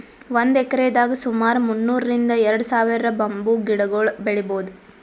ಒಂದ್ ಎಕ್ರೆದಾಗ್ ಸುಮಾರ್ ಮುನ್ನೂರ್ರಿಂದ್ ಎರಡ ಸಾವಿರ್ ಬಂಬೂ ಗಿಡಗೊಳ್ ಬೆಳೀಭೌದು